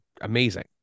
amazing